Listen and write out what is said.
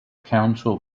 council